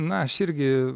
na aš irgi